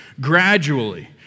gradually